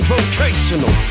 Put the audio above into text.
Vocational